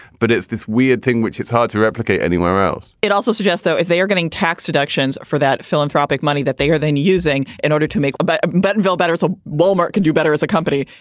but it's this weird thing which it's hard to replicate anywhere else it also suggests that if they are getting tax deductions for that philanthropic money that they are then using in order to make a but burtonsville better. so wal-mart could do better as a company.